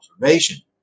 observation